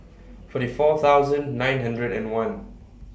forty four thousand nine hundred and one